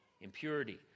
impurity